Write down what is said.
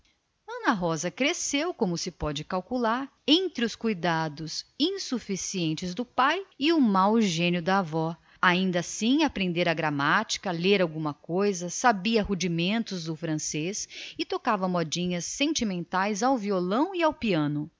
ana rosa cresceu pois como se vê entre os desvelos insuficientes do pai e o mau gênio da avó ainda assim aprendera de cor a gramática do sotero dos reis lera alguma coisa sabia rudimentos de francês e tocava modinhas sentimentais ao violão e ao piano